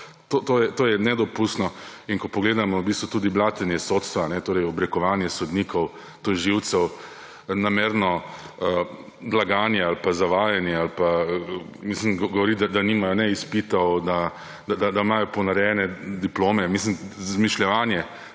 to je nedopustno. In ko pogledamo v bistvu tudi blatenje sodstva, torej obrekovanje sodnikov, tožilcev, namerno laganje ali pa zavajanje, govoriti, da nimajo ne izpitov, da imajo ponarejene diplome, izmišljevanje